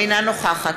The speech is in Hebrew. אינה נוכחת